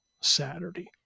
Saturday